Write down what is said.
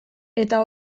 eta